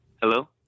Hello